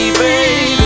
baby